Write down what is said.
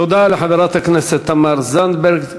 תודה לחברת הכנסת תמר זנדברג.